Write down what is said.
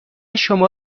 شما